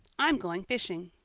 i'm going fishing.